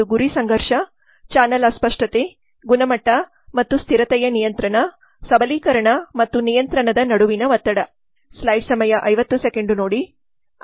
ಒಂದು ಗುರಿ ಸಂಘರ್ಷ ಚಾನಲ್ ಅಸ್ಪಷ್ಟತೆ ಗುಣಮಟ್ಟ ಮತ್ತು ಸ್ಥಿರತೆಯ ನಿಯಂತ್ರಣ ಸಬಲೀಕರಣ ಮತ್ತು ನಿಯಂತ್ರಣದ ನಡುವಿನ ಒತ್ತಡ